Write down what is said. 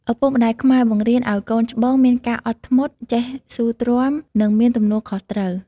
ឪពុកម្តាយខ្មែរបង្រៀនឲ្យកូនច្បងមានការអត់ធ្មត់ ចេះស៊ូទ្រាំ និងមានទំនួលខុសត្រូវ។